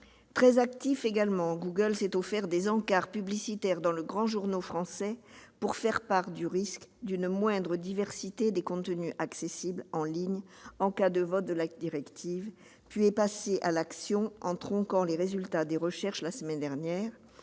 Très actif également, Google s'est offert des encarts publicitaires dans de grands journaux français pour faire part du risque d'une réduction de la diversité des contenus accessibles en ligne en cas de vote de la directive, puis est passé à l'action, la semaine dernière, en tronquant les résultats des recherches, et, enfin, relaie